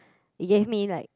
it gave me like